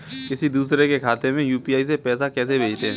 किसी दूसरे के खाते में यू.पी.आई से पैसा कैसे भेजें?